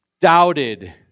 doubted